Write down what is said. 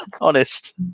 Honest